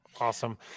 Awesome